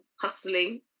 hustling